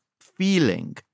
feeling